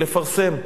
לפרסם,